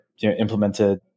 implemented